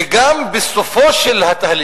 וגם, בסופו של התהליך,